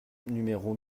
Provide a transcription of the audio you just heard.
numéro